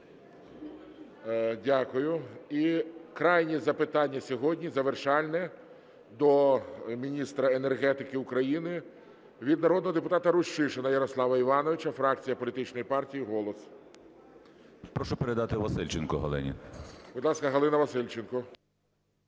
Дякую. І крайнє запитання сьогодні, завершальне, до міністра енергетики України від народного депутата Рущишина Ярослава Івановича, фракція політичної партії "Голос". 10:41:14 РУЩИШИН Я.І. Прошу передати Васильченко Галині. ГОЛОВУЮЧИЙ. Будь ласка, Галина Васильченко.